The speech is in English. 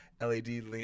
LED